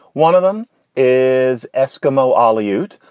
one of them is eskimo allocute.